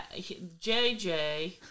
JJ